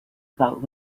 about